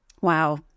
Wow